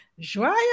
Joyeux